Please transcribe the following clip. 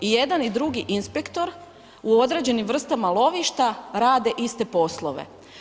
I jedan i drugi inspektor u određenim vrstama lovišta, rade iste poslove.